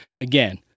again